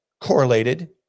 correlated